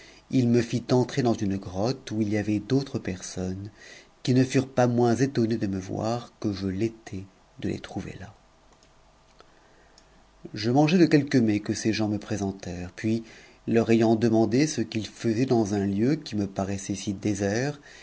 il me fit pn dans une grotte où il y avait d'autres personnes qui ne furent pas étonnées de me voir que je l'étais de les trouver là je mangeai de quelques mets que ces gens me présentèrent puis c ayant demandé ce qu'ils faisaient dans un lieu qui me paraissait si désert